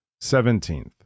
Seventeenth